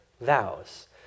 vows